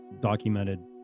documented